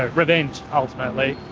ah revenge ultimately.